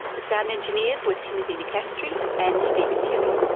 the sound engineers were timothy nicastri and steven tilley.